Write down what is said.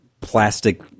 plastic